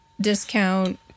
discount